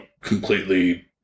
completely